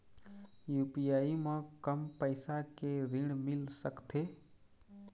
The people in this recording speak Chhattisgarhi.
यू.पी.आई म कम पैसा के ऋण मिल सकथे?